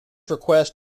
request